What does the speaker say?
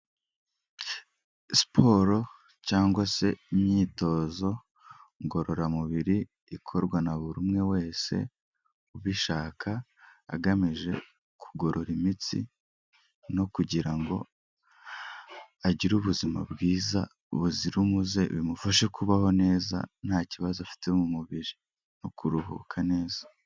Siporo cyangwa se imyitozo ngororamubiri, ikorwa na buri umwe wese, ubishaka agamije kugorora imitsi no kugira ngo agire ubuzima bwiza buzira umuze, bimufashe kubaho neza nta kibazo afite mu mubiri no kuruhuka neza.